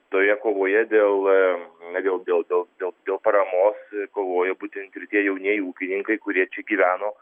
toje kovoje dėl na dėl dėl dėl dėl paramos kovoja būtent ir tie jaunieji ūkininkai kurie čia gyveno